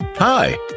Hi